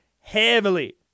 heavily